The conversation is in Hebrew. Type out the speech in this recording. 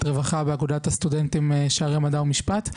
הרווחה באגודת הסטודנטים שערי מדע ומשפט.